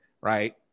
right